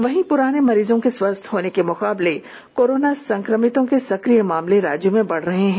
वहीं पुराने मरीजों के स्वस्थ होने के मुकाबले कोरोना संक्रमित के सक्रिय मामले राज्य में बढ़ रहे हैं